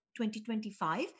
2025